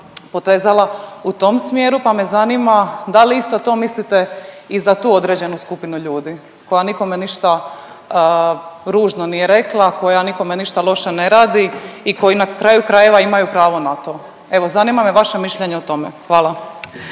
u tom smjeru, pa me zanima da li isto to mislite i za tu određenu skupinu ljudi koja nikome ništa ružno nije rekla, koja nikome ništa loše ne radi i koji na kraju krajeva imaju pravo na to, evo zanima me vaše mišljenje o tome, hvala.